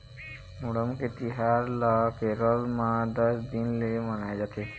ओणम के तिहार ल केरल म दस दिन ले मनाए जाथे